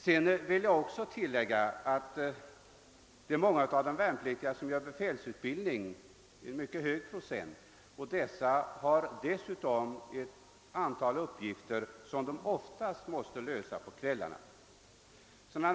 Sedan vill jag tillägga att det är en mycket hög procent av de värnpliktiga som genomgår befälsutbildning. Dessa har dessutom ett antal uppgifter som de oftast måste lösa på kvällarna eller annan fritid.